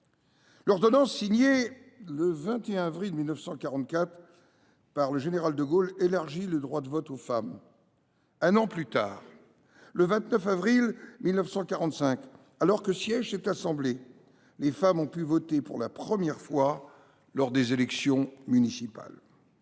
L’ordonnance signée le 21 avril 1944 par le général de Gaulle élargit le droit de vote aux femmes. Un an plus tard, le 29 avril 1945, alors que siège cette assemblée, les femmes ont pu voter pour la première fois lors des élections municipales.